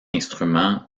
instrument